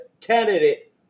candidate